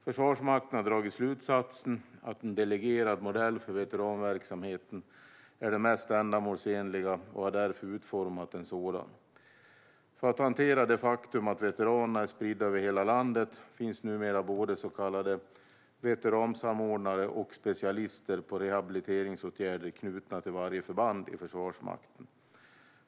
Försvarsmakten har dragit slutsatsen att en delegerad modell för veteranverksamheten är den mest ändamålsenliga och har därför utformat en sådan. För att hantera det faktum att veteranerna är spridda över hela landet finns numera både så kallade veteransamordnare och specialister på rehabiliteringsåtgärder knutna till varje förband i Försvarsmakten.